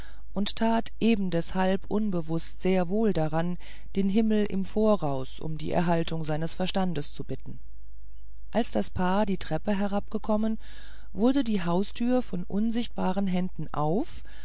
und tat ebendeshalb unbewußt sehr wohl daran den himmel im voraus um die erhaltung seines verstandes zu bitten als das paar die treppe herabgekommen wurde die haustüre von unsichtbaren händen auf